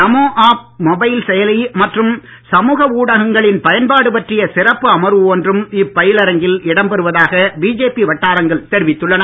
நமோ app mobile செயலி மற்றும் சமூக ஊடகங்களின் பயன்பாடு பற்றிய சிறப்பு அமர்வு ஒன்றும் இப்பயிலரங்கில் இடம்பெறுவதாக பிஜேபி வட்டாரங்கள் தெரிவித்துள்ளன